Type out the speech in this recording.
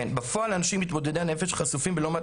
בפועל אנשים מתמודדי הנפש חשופים בלא מעט